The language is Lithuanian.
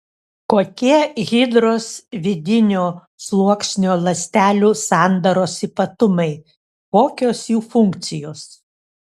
kokie hidros vidinio sluoksnio ląstelių sandaros ypatumai kokios jų funkcijos